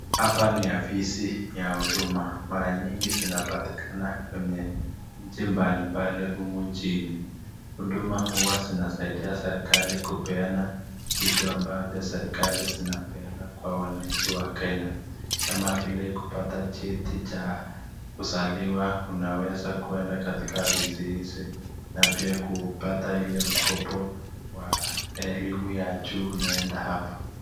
Hapa ni afisi ya Huduma, mara nyingi zinapatikana kwenye mji mbalimbali humu nchini. Huduma huwa zinasaidia serikali kupeana vitu ambavyo serikali zinapeana kwa wananchi wa Kenya, kama vile kupata cheti cha kuzaliwa, unaweza kuenda katika vituo hizi na pia kupata ile mkopo wa elimu ya juu, unaenda hapa.